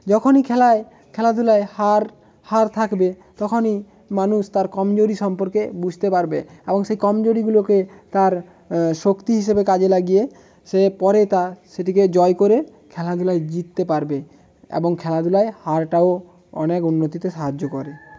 যখনই খেলায় খেলাধুলায় হার হার থাকবে তখনই মানুষ তার কমজোরি সম্পর্কে বুঝতে পারবে এবং সেই কমজোরিগুলোকে তার শক্তি হিসেবে কাজে লাগিয়ে সে পরে তা সেটিকে জয় করে খেলাধুলায় জিততে পারবে এবং খেলাধুলায় হারটাও অনেক উন্নতিতে সাহায্য করে